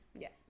Yes